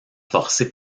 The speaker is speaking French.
forcé